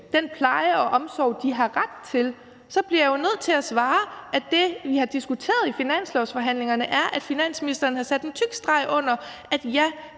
den pleje og omsorg, de har ret til, så bliver jeg jo nødt til at svare, at det har vi diskuteret i finanslovsforhandlingerne, og finansministeren har sat en tyk streg under, at der